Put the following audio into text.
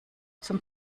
zum